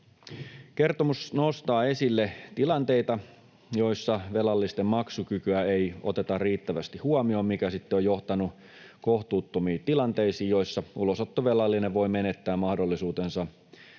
Kertomus nostaa esille tilanteita, joissa velallisten maksukykyä ei oteta riittävästi huomioon, mikä sitten on johtanut kohtuuttomiin tilanteisiin, joissa ulosottovelallinen voi menettää mahdollisuutensa